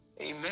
Amen